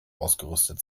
ausgerüstet